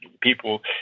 People